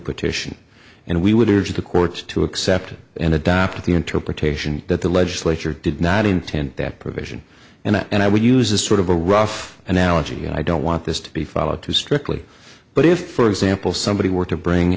petition and we would urge the courts to accept it and adopt the interpretation that the legislature did not intend that provision and that and i would use a sort of a rough analogy i don't want this to be followed to strictly but if for example somebody were to bring